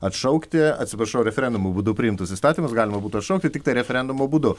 atšaukti atsiprašau referendumo būdu priimtus įstatymus galima būtų atšaukti tiktai referendumo būdu